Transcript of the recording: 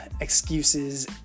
excuses